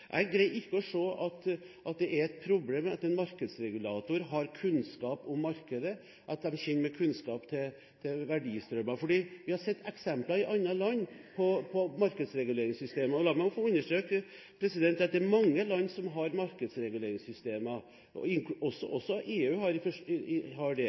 Jeg greier ikke å se at det er et problem at en markedsregulator har kunnskap om markedet, at de kommer med kunnskap til verdistrømmer. Vi har sett eksempler i andre land på markedsreguleringssystemer. La meg også få understreke at det er mange land som har markedsreguleringssystemer – også EU har det.